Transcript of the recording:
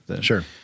Sure